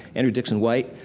andrew dinkson white,